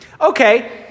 Okay